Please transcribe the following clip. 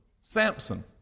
Samson